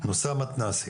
נושא המתנ"סים.